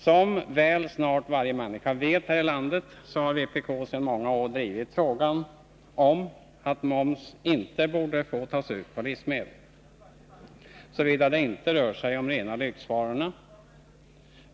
Som väl snart varje människa i det här landet vet har vpk sedan många år tillbaka drivit frågan om att moms inte borde få tas ut på livsmedel, såvida det inte rör sig om rena lyxvaror.